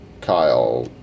Kyle